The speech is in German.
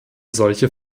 solche